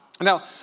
Now